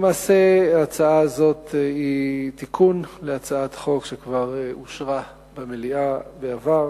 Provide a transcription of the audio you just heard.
למעשה ההצעה הזאת היא תיקון להצעת חוק שכבר אושרה במליאה בעבר